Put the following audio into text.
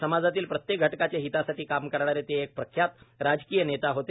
समाजातील प्रत्येक घटकाच्या हितासाठी काम करणारे ते एक प्रख्यात राजकीय नेता होते